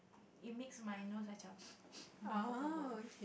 it makes my nose uncomfortable